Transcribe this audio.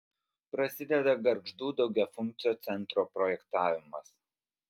prasideda gargždų daugiafunkcio centro projektavimas